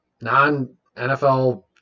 non-NFL